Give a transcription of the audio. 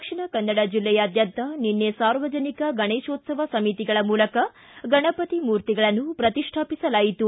ದಕ್ಷಿಣ ಕನ್ನಡ ಜಿಲ್ಲೆಯಾದ್ದಂತ ನಿನ್ನೆ ಸಾರ್ವಜನಿಕ ಗಣೇಶೋತ್ತವ ಸಮಿತಿಗಳ ಮೂಲಕ ಗಣಪತಿ ಮೂರ್ತಿಗಳನ್ನು ಪ್ರತಿಷ್ಠಾಪಿಸಲಾಯಿತು